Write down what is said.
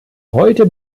heute